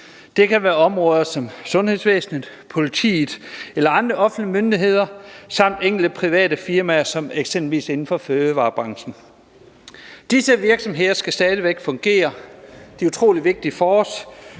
Det kan være inden for sundhedsvæsenet, politiet eller andre offentlige myndigheder samt enkelte private firmaer, eksempelvis inden for fødevarebranchen. Disse virksomheder skal stadig væk fungere – det er utrolig vigtigt for os,